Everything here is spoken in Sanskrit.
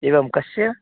एवं कस्य